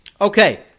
Okay